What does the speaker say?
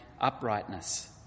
uprightness